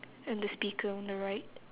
and the speaker on the right